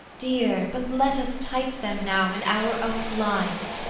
dear, but let us type them now in our own lives,